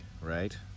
Right